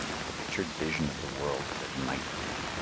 to the pictured vision of the world as it might be?